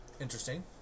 Interesting